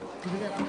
היושב-ראש.